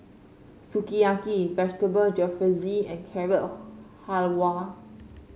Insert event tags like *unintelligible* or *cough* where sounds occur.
Sukiyaki Vegetable Jalfrezi and Carrot *unintelligible* Halwa